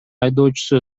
айдоочусу